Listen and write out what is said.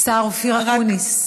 רק, השר אופיר אקוניס,